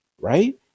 right